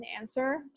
answer